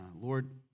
Lord